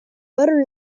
butter